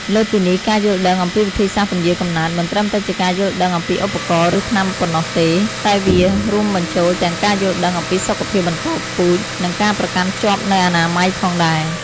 លើសពីនេះ ការយល់ដឹងអំពីវិធីសាស្ត្រពន្យារកំណើត មិនត្រឹមតែជាការយល់ដឹងអំពីឧបករណ៍ ឬថ្នាំប៉ុណ្ណោះទេ តែវារួមបញ្ចូលទាំងការយល់ដឹងអំពីសុខភាពបន្តពូជ និងការប្រកាន់ខ្ជាប់នូវអនាម័យផងដែរ។